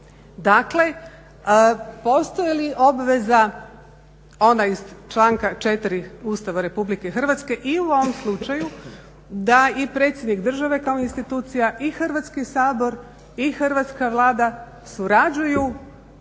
Dakle postoji li obveza ona iz članka 4. Ustava Republike Hrvatske i u ovom slučaju da i Predsjednik Države kao institucija i Hrvatski sabor i hrvatska Vlada surađuju